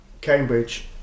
Cambridge